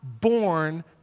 born